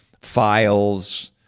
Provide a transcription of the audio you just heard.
files